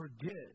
forget